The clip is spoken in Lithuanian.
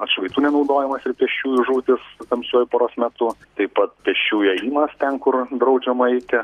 atšvaitų nenaudojimas ir pėsčiųjų žūtys tamsiuoju paros metu taip pat pėsčiųjų ėjimas ten kur draudžiama eiti